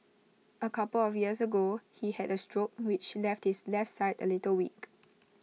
A couple of years ago he had A stroke which left his left side A little weak